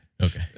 Okay